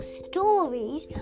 stories